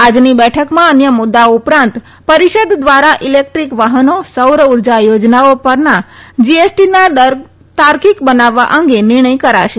આજની બેઠકમાં અન્ય મુદૃઓ ઉપરાંત પરિષદ દ્વારા ઈલેકદ્રીક વાહનો સૌર ઉર્જા યોજનાઓ પરના જીએસટીના દર તાર્કીક બનાવવા અંગે નિર્ણય કરાશે